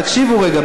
תקשיבו רגע.